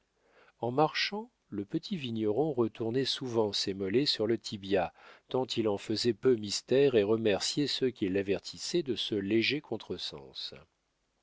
en marchant le petit vigneron retournait souvent ses mollets sur le tibia tant il en faisait peu mystère et remerciait ceux qui l'avertissaient de ce léger contre-sens